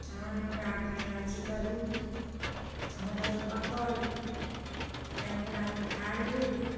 तहन ओकरा फेन अथी करू तहन ओ पकल फेन ओकरा उखारू